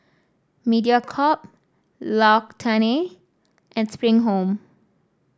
Mediacorp L'Occitane and Spring Home